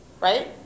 Right